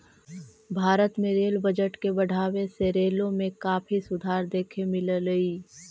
भारत में rail budget के बढ़ावे से रेलों में काफी सुधार देखे मिललई